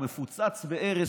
הוא מפוצץ בהרס.